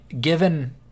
given